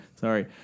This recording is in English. sorry